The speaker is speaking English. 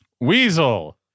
Weasel